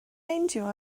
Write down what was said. meindio